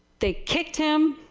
they kicked him.